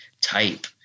type